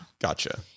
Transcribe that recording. Gotcha